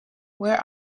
where